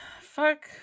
Fuck